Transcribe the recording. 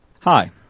Hi